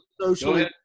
socially